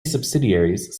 subsidiaries